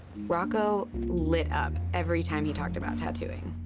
rocco lit up every time he talked about tattooing.